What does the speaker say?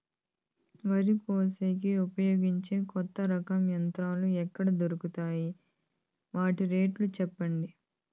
వరి కోసేకి ఉపయోగించే కొత్త రకం యంత్రాలు ఎక్కడ దొరుకుతాయి తాయి? వాటి రేట్లు చెప్పండి?